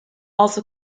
also